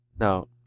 Now